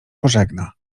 pożegna